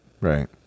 Right